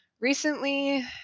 recently